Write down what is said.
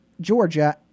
Georgia